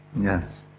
Yes